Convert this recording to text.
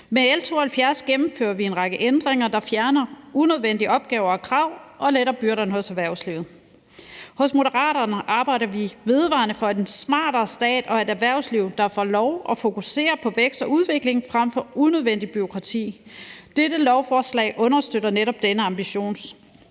Med L 72 gennemfører vi en række ændringer, der fjerner unødvendige opgaver og krav og letter byrderne hos erhvervslivet. Hos Moderaterne arbejder vi vedvarende for en smartere stat og et erhvervsliv, der får lov at fokusere på vækst og udvikling frem for unødvendigt bureaukrati. Dette lovforslag understøtter netop denne ambition.